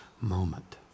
moment